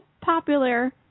popular